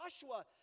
Joshua